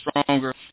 stronger